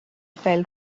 fell